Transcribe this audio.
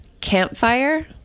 Campfire